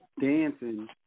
dancing